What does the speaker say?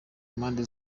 mpande